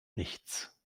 nichts